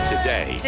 Today